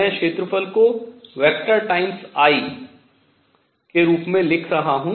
मैं क्षेत्रफल को vector times I सदिश गुणा I के रूप में लिख रहा हूँ